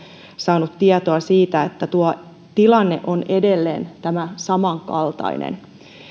saanut tietoa siitä että tuo tilanne on edelleen tämä samankaltainen